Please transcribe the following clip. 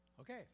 Okay